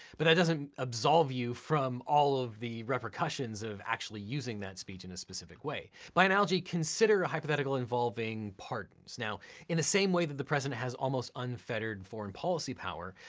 but that doesn't absolve you from all of the repercussions of actually using that speech in a specific way. by analogy, consider a hypothetical involving pardons. now in the same way that the president has almost unfettered foreign policy power,